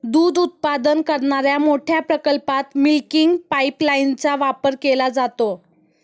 दूध उत्पादन करणाऱ्या मोठ्या प्रकल्पात मिल्किंग पाइपलाइनचा वापर केला जातो